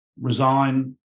resign